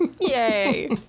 Yay